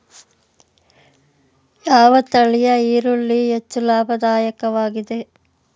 ಯಾವ ತಳಿಯ ಈರುಳ್ಳಿ ಹೆಚ್ಚು ಲಾಭದಾಯಕವಾಗಿದೆ?